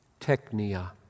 technia